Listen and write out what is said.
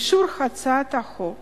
אישור הצעת החוק